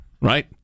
Right